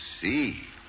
see